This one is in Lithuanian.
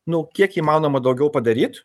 nu kiek įmanoma daugiau padaryt